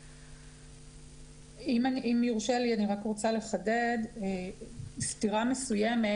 אם יורשה לי אני רוצה לחדד סתירה מסוימת